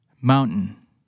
Mountain